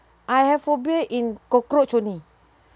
I have phobia in cockroach only